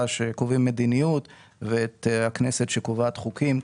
שקובעים מדיניות ואת הכנסת הקובעת חוקים.